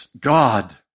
God